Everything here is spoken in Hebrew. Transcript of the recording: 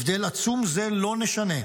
הבדל עצום זה לא נשנה.